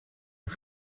een